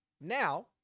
Now